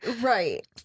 Right